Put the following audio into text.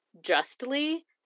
Justly